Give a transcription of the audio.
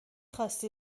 خاستی